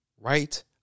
right